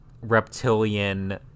reptilian